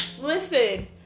listen